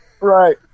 Right